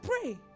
pray